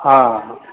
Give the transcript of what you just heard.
हा हा